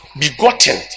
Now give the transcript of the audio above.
begotten